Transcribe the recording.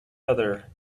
other